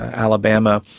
alabama.